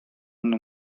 mną